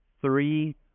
three